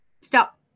stop